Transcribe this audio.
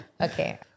Okay